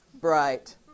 bright